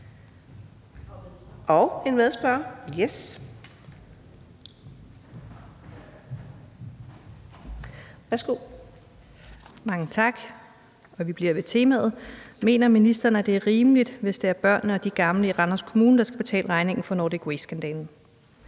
14:08 Marianne Bigum (SF): Mange tak. Vi bliver ved temaet. Mener ministeren, at det er rimeligt, hvis det er børnene og de gamle i Randers Kommune, der skal betale regningen for Nordic Waste-skandalen?